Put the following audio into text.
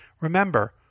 Remember